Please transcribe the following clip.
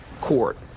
court